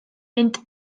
mynd